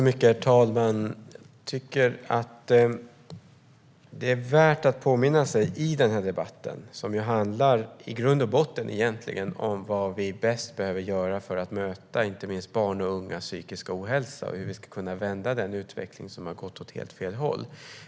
Herr talman! Den här debatten handlar i grund och botten om vad vi behöver göra för att möta inte minst barns och ungas psykiska ohälsa och hur vi ska kunna vända den utveckling som har gått åt helt fel håll.